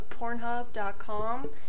pornhub.com